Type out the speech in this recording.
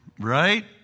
right